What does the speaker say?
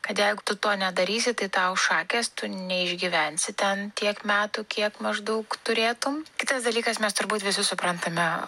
kad jeigu tu to nedarysi tai tau šakės tu neišgyvensi ten tiek metų kiek maždaug turėtum kitas dalykas mes turbūt visi suprantame